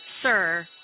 Sir